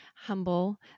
humble